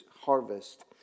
harvest